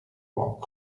rock